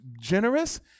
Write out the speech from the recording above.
generous